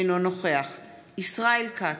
אינו נוכח ישראל כץ,